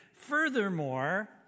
Furthermore